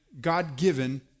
God-given